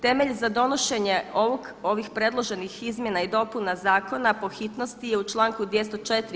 Temelj za donošenje ovih predloženih izmjena i dopuna zakona po hitnosti je u članku 204.